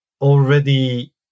already